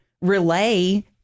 relay